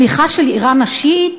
שליחה של איראן השיעית?